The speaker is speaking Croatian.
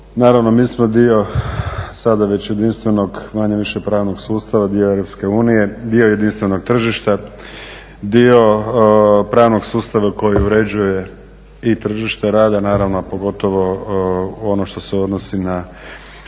Naravno mi smo dio sada već jedinstvenog manje-više pravnog sustava, dio Europske unije, dio jedinstvenog tržišta, dio pravnog sustava koji uređuje i tržište rada naravno, a pogotovo ono što se odnosi na